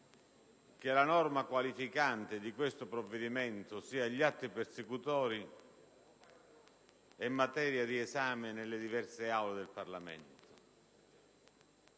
che la norma qualificante di questo provvedimento, ossia gli atti persecutori, è materia di esame del Parlamento,